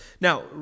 Now